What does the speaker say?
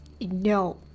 No